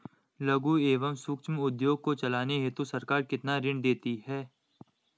लघु एवं सूक्ष्म उद्योग को चलाने हेतु सरकार कितना ऋण देती है?